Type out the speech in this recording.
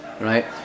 right